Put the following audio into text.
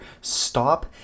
stop